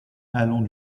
allant